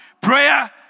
prayer